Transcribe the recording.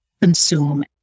consume